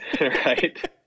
right